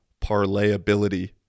parlayability